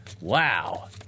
wow